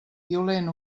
violent